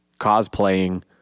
cosplaying